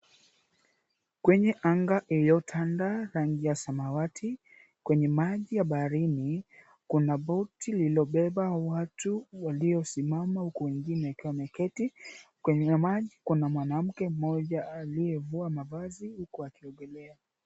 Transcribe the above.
Kwenye anga iliyotanda rangi ya samawati. Kwenye maji ya baharini kuna boti lililobeba watu waliosimama huku wengine wakiwa wameketi. Kwenye maji, kuna mwanamke mmoja aliyevua mavazi, huku akiongelea.